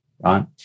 right